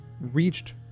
reached